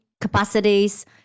capacities